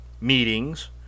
meetings